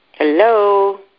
Hello